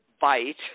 bite